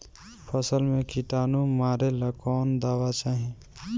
फसल में किटानु मारेला कौन दावा चाही?